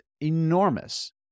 enormous